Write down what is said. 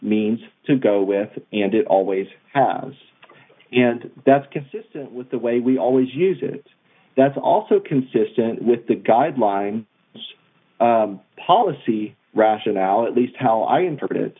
means to go with it and it always does and that's consistent with the way we always use it that's also consistent with the guideline policy rationale at least how i interpret it